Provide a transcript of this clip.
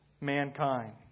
mankind